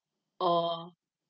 orh